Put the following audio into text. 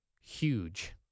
huge